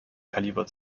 kaliber